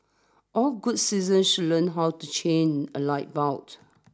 all good citizens should learn how to change a light bult